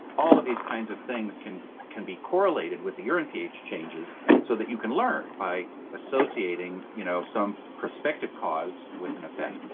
all of these kind of things can can be correlated with the urine ph changes so that you can learn by associating you know some perspective cause with an effect.